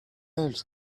else